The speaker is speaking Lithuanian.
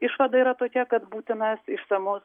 išvada yra tokia kad būtinas išsamus